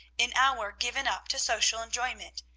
an hour given up to social enjoyment,